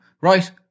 Right